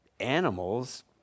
animals